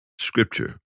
Scripture